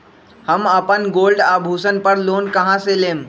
हम अपन गोल्ड आभूषण पर लोन कहां से लेम?